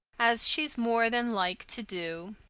as she's more than like to do.